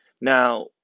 Now